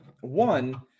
One